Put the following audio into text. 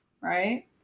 right